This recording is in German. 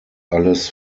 alles